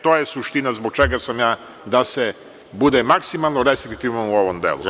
To je suština zbog čega sam ja da se bude maksimalno restriktivan u ovom delu.